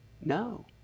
No